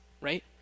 right